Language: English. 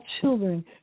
children